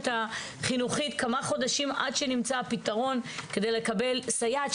החינוכית כמה חודשים עד שנמצא הפתרון כדי לקבל סייעת,